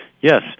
Yes